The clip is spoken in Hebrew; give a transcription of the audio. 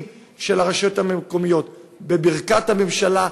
של הרשויות המקומיות בברכת הממשלה,